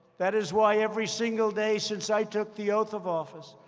that is why every single day since i took the oath of office,